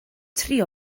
trio